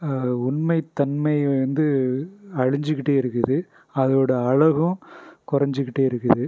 உண்மைத் தன்மையை வந்து அழிஞ்சுக்கிட்டே இருக்குது அதோடய அழகும் குறஞ்சிக்கிட்டே இருக்குது